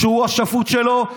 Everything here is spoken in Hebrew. שהוא השפוט שלו,